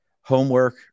Homework